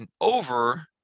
over